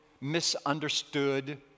Misunderstood